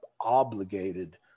obligated